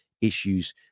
issues